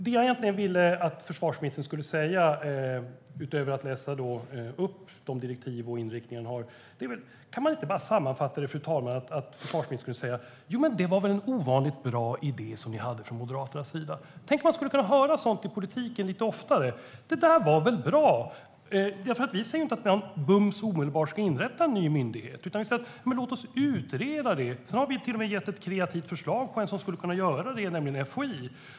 Det jag egentligen vill, fru talman, är att försvarsministern, utöver att läsa upp direktiv och inriktning, skulle kunna säga att det var en ovanligt bra idé som Moderaterna hade. Tänk om man kunde höra sådant i politiken lite oftare: Det där var väl bra! Vi moderater säger inte att vi bums och omedelbart ska inrätta en ny myndighet, men låt oss utreda det. Sedan har vi till och med gett ett kreativt förslag på vem som skulle kunna göra det, nämligen FOI.